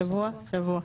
שבוע שבוע.